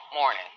morning